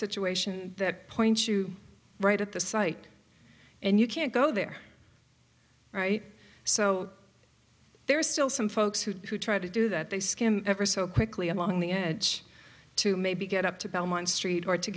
situation that points you right at the site and you can't go there right so there are still some folks who who try to do that they skim ever so quickly along the edge to maybe get up to belmont street or to